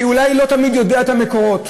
שאולי לא תמיד יודע את המקורות,